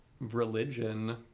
religion